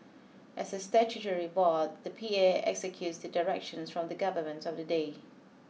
as a statutory board the P A executes the directions from the government of the day